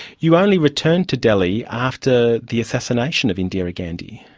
you only returned to delhi after the assassination of indira gandhi.